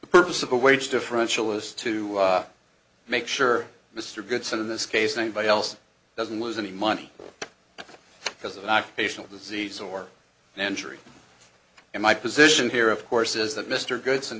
the purpose of a wage differential is to make sure mr goodson in this case anybody else doesn't lose any money because of an occupational disease or injury and my position here of course is that mr goods